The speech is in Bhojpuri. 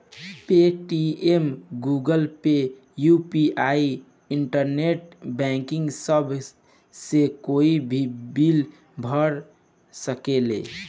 Paytm, Google Pay, UPI, internet banking सभ से कोई भी बिल भरा सकेला